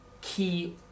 key